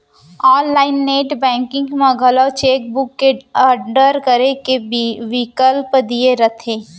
online net banking म घलौ cheque book के आडर करे के बिकल्प दिये रथे